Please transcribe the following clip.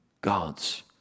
God's